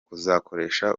kuzakoresha